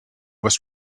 was